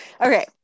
okay